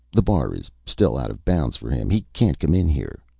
the bar is still out of bounds for him. he can't come in here.